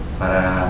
para